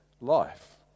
life